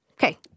Okay